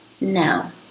no